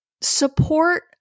support